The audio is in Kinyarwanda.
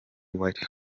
white